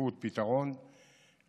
בדחיפות פתרון שיחזיר